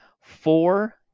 four